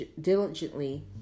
diligently